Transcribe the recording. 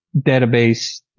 database